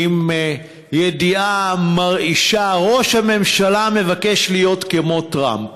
עם ידיעה מרעישה: ראש הממשלה מבקש להיות כמו טראמפ.